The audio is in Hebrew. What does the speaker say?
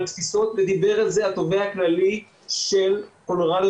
על תפיסות ודיבר על זה התובע הכללי של קולורדו,